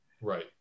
Right